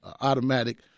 automatic